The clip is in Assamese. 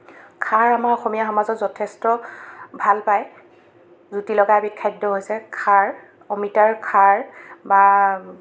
খাৰ আমাৰ অসমীয়া সমাজত যথেষ্ট ভালপায় জুতি লগা এবিধ খাদ্য হৈছে খাৰ অমিতাৰ খাৰ বা